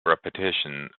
repetition